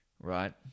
Right